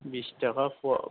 बिस थाखा फवा